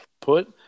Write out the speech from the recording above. Put